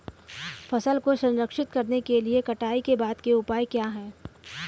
फसल को संरक्षित करने के लिए कटाई के बाद के उपाय क्या हैं?